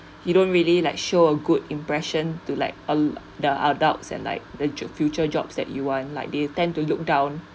you don't really like show a good impression to like uh the adults and like the future jobs that you want like they tend to look down